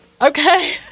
Okay